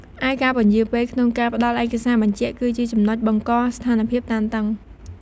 ឯការពន្យាពេលក្នុងការផ្តល់ឯកសារបញ្ចាក់ គឺជាចំណុចបង្កស្ថានភាពតានតឹង។